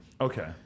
Okay